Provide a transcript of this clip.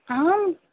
आम्